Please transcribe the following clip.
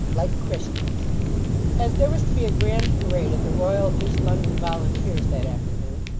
like christians as there was to be a grand parade of the royal east london volunteers that afternoon,